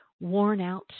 worn-out